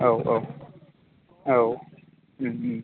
औ औ औ उम उम